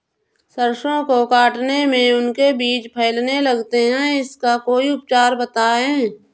सरसो को काटने में उनके बीज फैलने लगते हैं इसका कोई उपचार बताएं?